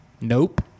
Nope